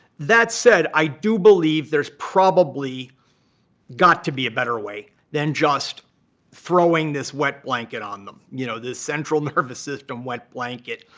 that said, i do believe there's probably got to be a better way than just throwing this wet blanket on them, you know, this central nervous system wet blanket.